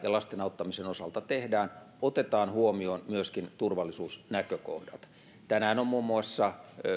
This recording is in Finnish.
ja lasten auttamisen osalta tehdään otetaan huomioon myöskin turvallisuusnäkökohdat tänään on muun muassa